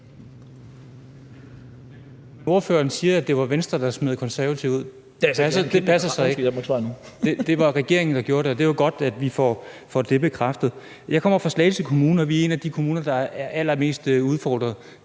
Ordføreren siger, at det var Venstre, der smed Konservative ud. Det passer så ikke. Det var regeringen, der gjorde det, og det er jo godt, at vi får det bekræftet. Jeg kommer fra Slagelse Kommune, og vi er en af de kommuner, der er allermest udfordret